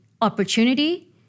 opportunity